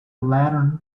lantern